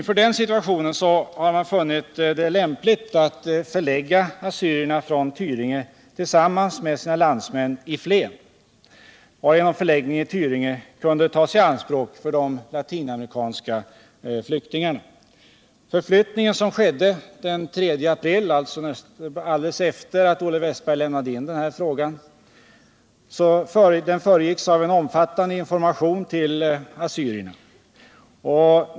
Inför den situationen har man funnit det lämpligt att förlägga assyrierna från Tyringe tillsammans med sina landsmän i Flen. Förläggningen i Tyringe kunde då tas i anspråk för de latinamerikanska flyktingarna. Förflyttningen den 3 april, ett par dagar efter det att Olle Wästberg hade lämnat in sin fråga, föregicks av en omfattande information till assyrierna.